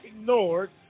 ignored